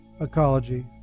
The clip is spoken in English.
ecology